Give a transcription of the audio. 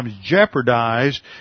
jeopardized